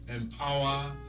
empower